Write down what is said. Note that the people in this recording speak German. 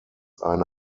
eine